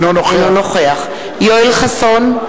אינו נוכח יואל חסון,